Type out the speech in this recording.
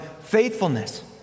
faithfulness